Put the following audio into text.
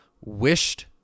wished